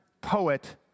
poet